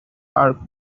are